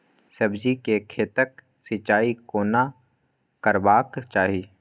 सब्जी के खेतक सिंचाई कोना करबाक चाहि?